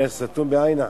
היה שתום עין אחת.